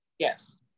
Yes